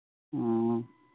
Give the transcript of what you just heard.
ꯑꯣ